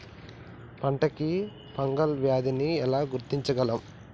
పంట కి ఫంగల్ వ్యాధి ని ఎలా గుర్తించగలం?